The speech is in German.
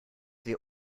wir